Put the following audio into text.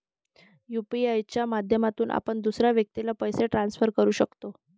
UPI च्या माध्यमातून आपण दुसऱ्या व्यक्तीला पैसे ट्रान्सफर करू शकतो